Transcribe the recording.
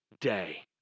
day